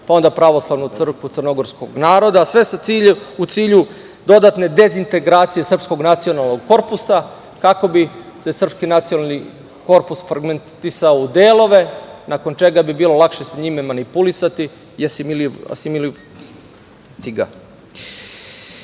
pa onda pravoslavnu crkvu crnogorskog naroda sve u cilju dodatne dezintegracije srpskog nacionalnog korpusa kako bi se srpski nacionalni korpus fergmentisao u delove nakon čega bi bilo lakše sa njime manipulisati. Takođe,